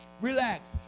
relax